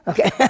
Okay